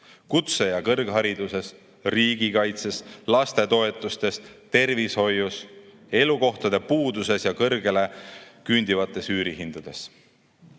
kutse‑ ja kõrghariduses, riigikaitses, lastetoetustes, tervishoius, elukohtade puuduses ja kõrgele küündivates üürihindades.